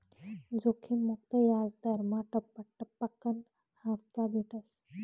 जोखिम मुक्त याजदरमा टप्पा टप्पाकन हापता भेटस